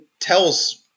tells